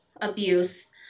abuse